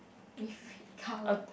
with red colour